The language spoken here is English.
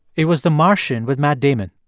it was the martian with matt damon.